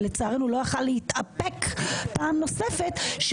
ולצערנו לא יכול היה להתאפק פעם נוספת,